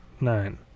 nine